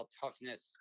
toughness